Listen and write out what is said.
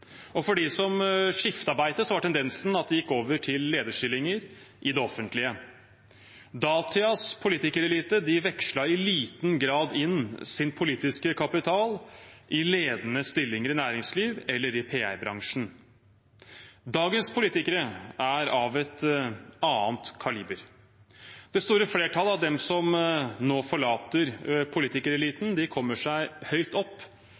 gikk over til lederstillinger i det offentlige. Datidens politikerelite vekslet i liten grad inn sin politiske kapital i ledende stillinger i næringslivet eller i PR-bransjen. Dagens politikere er av et annet kaliber. Det store flertallet av dem som nå forlater politikereliten, kommer seg høyt opp